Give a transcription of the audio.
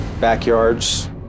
backyards